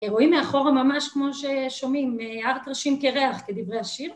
רואים מאחורה ממש כמו ששומעים, הר טרשים קרח, כדברי השיר